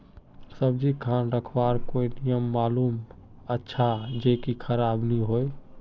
सब्जी खान रखवार कोई नियम मालूम अच्छा ज की खराब नि होय?